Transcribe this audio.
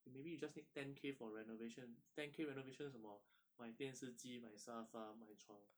maybe you just need ten K for renovation ten K renovation 是什么买电视机买沙发买床